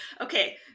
Okay